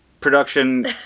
production